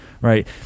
right